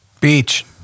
Beach